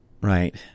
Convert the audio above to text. Right